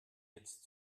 jetzt